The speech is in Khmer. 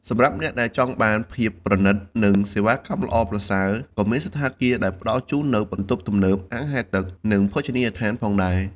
សម្រាប់អ្នកដែលចង់បានភាពប្រណីត និងសេវាកម្មល្អប្រសើរ ក៏មានសណ្ឋាគារដែលផ្តល់ជូននូវបន្ទប់ទំនើប អាងហែលទឹក និងភោជនីយដ្ឋានផងដែរ។